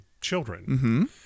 children